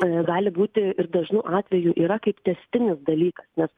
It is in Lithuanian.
gali būti ir dažnu atveju yra kaip tęstinis dalykas nes